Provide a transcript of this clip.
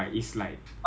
like a colonel